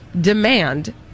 demand